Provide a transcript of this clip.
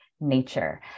nature